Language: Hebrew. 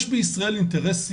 יש בישראל, אינטרס לאומי,